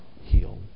healed